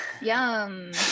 yum